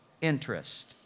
interest